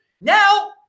Now